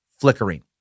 flickering